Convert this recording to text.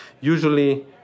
Usually